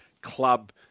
club